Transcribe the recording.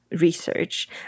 research